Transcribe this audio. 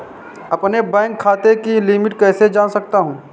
अपने बैंक खाते की लिमिट कैसे जान सकता हूं?